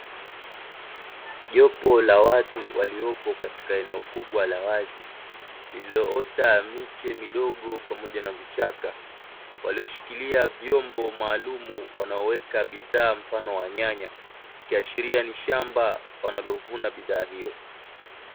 Jopo la watu waliopo katika eneo kubwa la wazi, lililoota miche midogo pamoja na vichaka, walioshikilia vyombo maalumu wanaweka bidhaa mfano wa nyanya, ikiashiria ni shamba wanalovuna bidhaa hiyo.